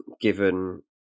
Given